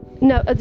No